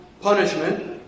punishment